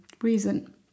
reason